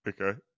Okay